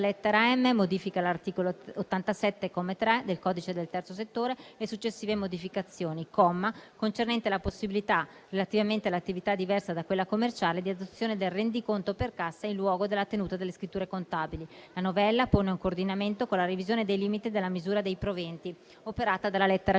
lettera *m)* modifica l'articolo 87, comma 3, del codice del Terzo settore e successive modificazioni; comma concernente la possibilità, relativamente alle attività diverse da quella commerciale, di adozione del rendiconto per cassa in luogo della tenuta delle scritture contabili. La novella pone un coordinamento con la revisione dei limiti della misura dei proventi operata dalla lettera